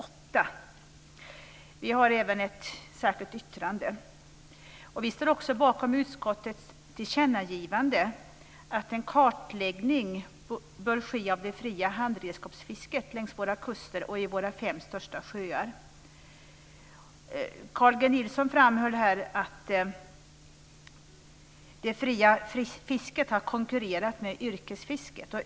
Dessutom har vi kristdemokrater ett särskilt yttrande. Vi står också bakom utskottets tillkännagivande om att en kartläggning bör ske av det fria handredskapsfisket längs våra kuster och i våra fem största sjöar. Carl G Nilsson framhöll här att det fria fisket har konkurrerat med yrkesfisket.